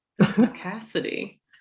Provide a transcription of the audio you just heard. cassidy